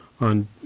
on